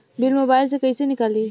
Bill mobile से कईसे निकाली?